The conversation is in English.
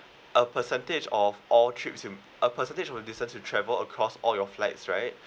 our percentage of all trips in our percentage will distance to travel across all your flights right